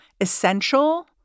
essential